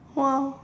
!wow!